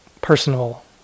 personal